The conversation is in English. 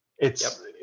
It's-